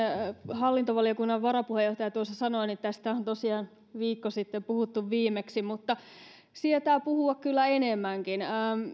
hallintovaliokunnan varapuheenjohtaja tuossa sanoi niin tästä on tosiaan viikko sitten puhuttu viimeksi mutta sietää puhua kyllä enemmänkin